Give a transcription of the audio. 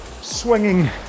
swinging